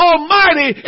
Almighty